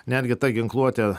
netgi ta ginkluotė